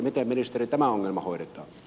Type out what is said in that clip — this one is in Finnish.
miten ministeri tämä ongelma hoidetaan